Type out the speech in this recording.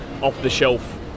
off-the-shelf